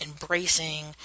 embracing